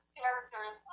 characters